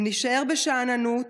אם נישאר בשאננות,